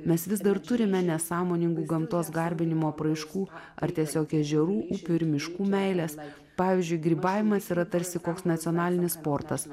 mes vis dar turime nesąmoningų gamtos garbinimo apraiškų ar tiesiog ežerų upių ir miškų meilės pavyzdžiui grybavimas yra tarsi koks nacionalinis sportas